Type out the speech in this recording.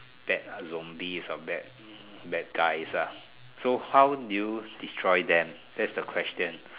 bad zombies or bad bad guys ah so how do you destroy them that's the question